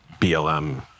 BLM